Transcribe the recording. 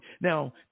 Now